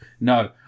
No